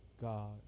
God